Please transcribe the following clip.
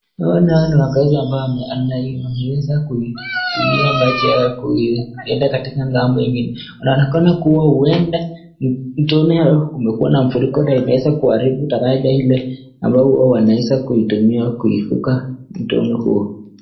Hawa nao ni wakazi ambao wameweza kutumia maji haya kwenda ng'ambo ingine. Wanaonekana kuwa huenda mtoni kumekuwa na mfuriko na imeweza kuharibu daraja ile ambayo huwa wanaweza kuitumia kuivuka mtoni huo.